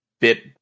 bit